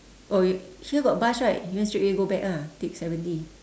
oh you here got bus right you want straight go back ah take seventy